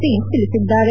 ಸಿಂಗ್ ತಿಳಿಸಿದ್ದಾರೆ